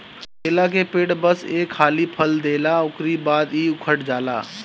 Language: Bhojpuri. केला के पेड़ बस एक हाली फल देला उकरी बाद इ उकठ जाला